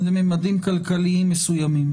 לממדים כלכליים מסוימים.